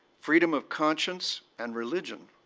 freedom of conscience and religion,